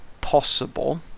possible